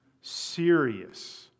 Serious